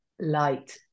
light